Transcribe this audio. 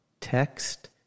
Text